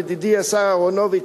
ידידי השר אהרונוביץ,